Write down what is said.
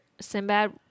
sinbad